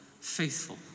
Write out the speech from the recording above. faithful